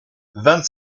vingt